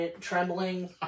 trembling